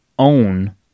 own